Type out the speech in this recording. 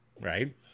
right